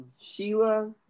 Sheila